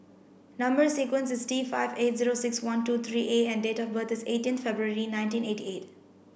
number sequence is T five eight zero six one two three A and date of birth is eighteen February nineteen eighty eight